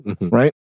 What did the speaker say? Right